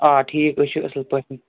آ ٹھیٖک أسۍ چھِ اصل پٲٹھۍ